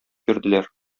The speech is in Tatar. бирделәр